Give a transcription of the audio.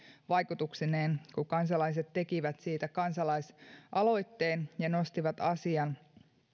vaikutuksineen sitten kun kansalaiset tekivät siitä kansalaisaloitteen ja nostivat asian